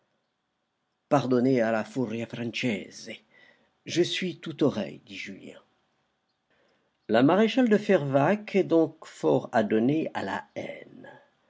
pardonnez à la furia francese je suis tout oreilles dit julien la maréchale de fervaques est donc fort adonnée à la haine